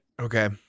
Okay